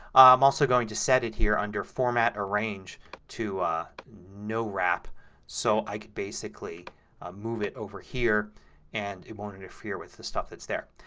i'm also going to set it here under format, arrange to no wrap so i can basically move it over here and it won't interfere with the stuff that's there.